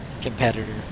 competitor